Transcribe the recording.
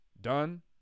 Done